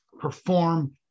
perform